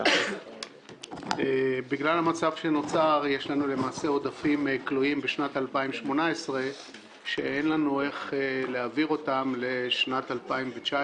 יש לנו עודפים כלואים בשנת 2018 שאין לנו איך להעביר לשנת 2019,